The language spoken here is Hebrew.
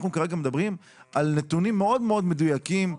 אנחנו כרגע מדברים על נתונים מאוד מאוד מדויקים,